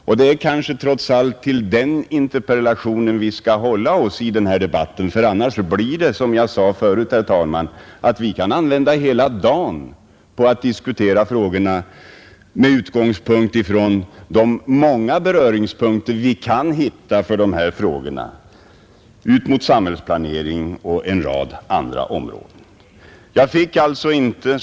Och vi skall väl ändå hålla oss till den interpellationen, ty annars kan vi som sagt hålla på hela dagen att diskutera utifrån de många beröringspunkter som dessa frågor kan ha med andra områden av samhällsplaneringen.